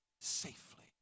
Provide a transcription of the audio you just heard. safely